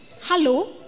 Hello